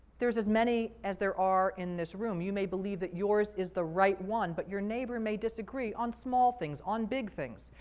there's as many as there are in this room. you may believe that yours is the right one, but your neighbor may disagree on small things, on big things.